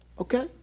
Okay